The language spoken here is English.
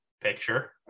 picture